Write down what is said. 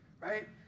right